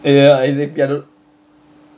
ya exactly I dont